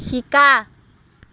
শিকা